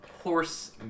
Horse